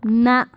نَہ